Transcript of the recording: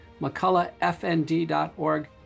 McCulloughFND.org